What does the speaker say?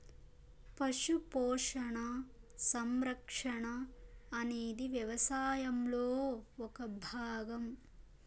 పశు పోషణ, సంరక్షణ అనేది వ్యవసాయంలో ఒక భాగం